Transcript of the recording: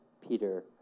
Peter